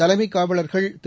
தலைமைக் காவலர்கள் திரு